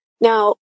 Now